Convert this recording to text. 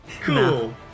Cool